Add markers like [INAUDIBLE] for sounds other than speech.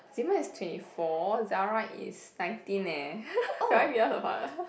Zemen is twenty four Zara is nineteen leh [LAUGHS] five years apart [LAUGHS]